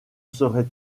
serais